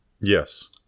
Yes